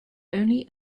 only